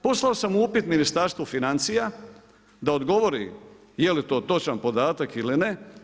Poslao sam upit Ministarstvu financija da odgovori je li to točan podatak ili ne.